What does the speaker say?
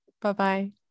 Bye-bye